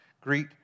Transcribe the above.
Greet